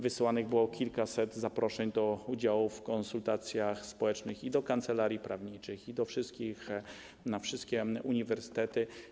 Wysłanych było kilkaset zaproszeń do udziału w konsultacjach społecznych, i do kancelarii prawniczych, i na wszystkie uniwersytety.